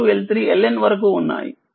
L1 L2 L3 LN వరకు ఉన్నాయి